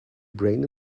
brain